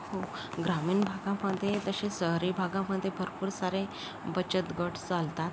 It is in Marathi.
हो ग्रामीण भागामध्ये तसे शहरी भागामध्ये भरपूर सारे बचत गट चालतात